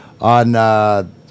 on